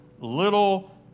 little